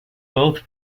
both